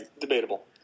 debatable